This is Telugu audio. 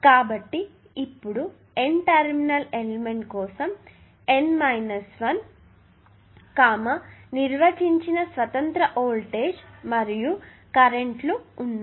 కాబట్టి ఇప్పుడు N టెర్మినల్ ఎలిమెంట్ కోసం N 1 నిర్వచించిన స్వతంత్ర వోల్టేజ్ మరియు కరెంట్ లు ఉన్నాయి